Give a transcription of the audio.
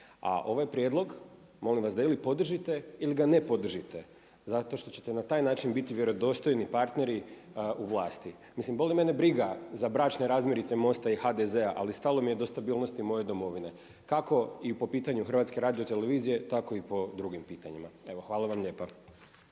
A ovaj prijedlog, molim vas da ili podržite ili ga ne podržite zato što ćete na taj način biti vjerodostojni partneri u vlasti. Mislim, boli mene briga za bračne razmirice MOST-a i HDZ-a ali stalo mi je do stabilnosti moje domovine kako i po pitanju HRT-a tako i po drugim pitanjima. Evo hvala vam lijepa.